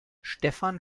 stefan